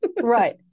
Right